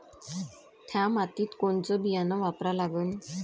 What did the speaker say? थ्या मातीत कोनचं बियानं वापरा लागन?